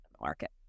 market